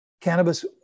Cannabis